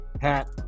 hat